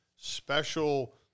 special